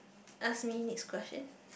ask me next question